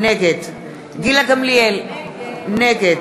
נגד גילה גמליאל, נגד